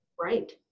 Right